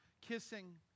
kissing